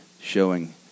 showing